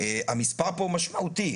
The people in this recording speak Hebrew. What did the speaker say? המספר פה הוא משמעותי.